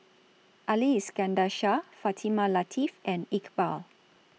Ali Iskandar Shah Fatimah Lateef and Iqbal